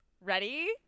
ready